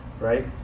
right